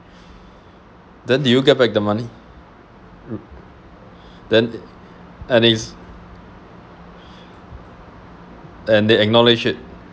then do you get back the money then and is and they acknowledge it